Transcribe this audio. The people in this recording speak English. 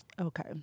Okay